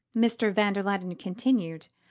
mr. van der luyden continued,